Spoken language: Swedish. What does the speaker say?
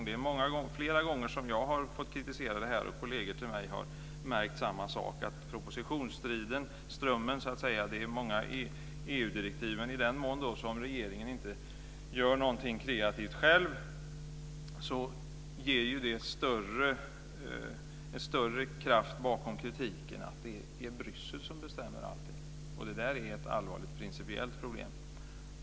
Det är flera gånger som jag har fått kritisera detta, och kolleger till mig har märkt samma sak om EG-direktiv i propositionsströmmen. I den mån som regeringen inte gör någonting kreativt själv ger det en större kraft bakom kritiken att det är Bryssel som bestämmer allting. Det är ett allvarligt principiellt problem. Herr talman!